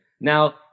Now